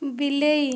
ବିଲେଇ